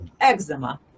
Eczema